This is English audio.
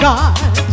God